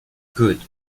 good